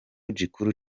gikuru